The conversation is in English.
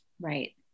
Right